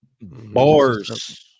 Bars